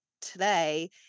today